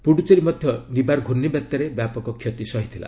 ପୁଡ଼ୁଚେରୀ ମଧ୍ୟ ନିବାର ଘ୍ରର୍ଣ୍ଣବାତ୍ୟାରେ ବ୍ୟାପକ କ୍ଷତି ସହିଥିଲା